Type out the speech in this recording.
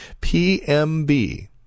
PMB